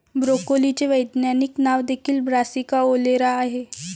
ब्रोकोलीचे वैज्ञानिक नाव देखील ब्रासिका ओलेरा आहे